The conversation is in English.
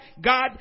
God